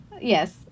Yes